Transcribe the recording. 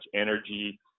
energy